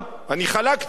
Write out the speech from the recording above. אני חלקתי עליו,